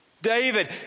david